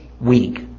week